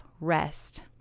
rest